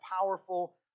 powerful